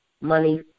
money